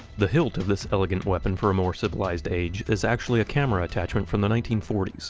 the hilt of this elegant weapon for a more civilized age is actually a camera attachment from the nineteen forty s.